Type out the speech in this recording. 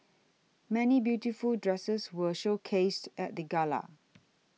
many beautiful dresses were showcased at the gala